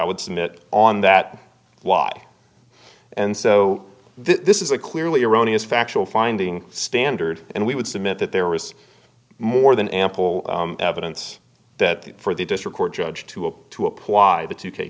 i would submit on that why and so this is a clearly erroneous factual finding standard and we would submit that there was more than ample evidence that for the district court judge to appeal to apply it to take